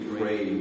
pray